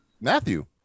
Matthew